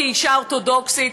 כאישה אורתודוקסית,